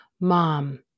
mom